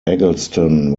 eggleston